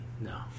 No